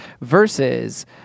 versus